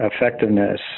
effectiveness